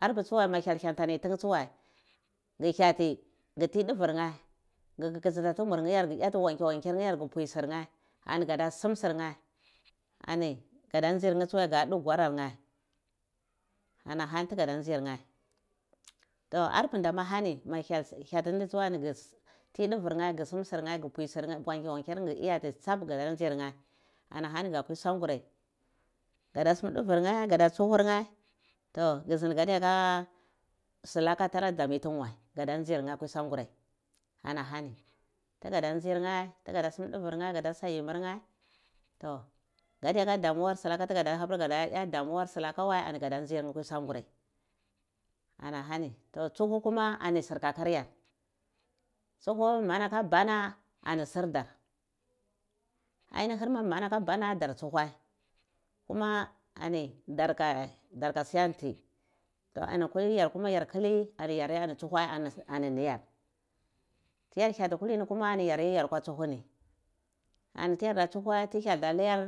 arpi tsuwai ma hyel yantani tina tsuwai gu hyuti gu ti duvir neh gu kitkitsinta davir nheh yorne gu yati wanke-wonke yar ni yare gu fwi surne ani guda sum surne ani gada nzir ni tsuwae gado da gwarar ne anahani tugada nzir neh toh arpmdama hani ma hyel yanti ndi tsawa ani gu ti dovir nheh ga sum sur nheh gu pwi sur nheh gu pwi wanke-wanke yar nheh gu iyati tsap gada nzir nheh anahani ga pwi sangurai gada sim duvir nheh ga da tsuhur nheh to gu smdi gadiyaka sulaka tare dama tinha wai gada nzir nheh akai sangurai anahani tigada nzir neti tigu kwa sangurai nheh ba yimir nheh to gadiya kadamuwar neh si laka duga ta ha silakar nheh ani ga da nzir nheh anahani to tsuhu kuma ani sir kakaryar tsuhu mana aka bana ani sir dar ainihar mana kabana dar tsuwai kumai darka suwon nti to yarkuma yar killi yar tsuwa ani niyar tryar hyati kulmi kurma yarde yora ku tsa hu ni ani fiyarda tsuhu ti hyel da da layar